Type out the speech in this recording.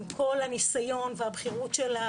עם כל הניסיון והבכירות שלה